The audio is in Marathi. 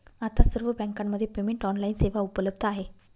आता सर्व बँकांमध्ये पेमेंट ऑनलाइन सेवा उपलब्ध आहे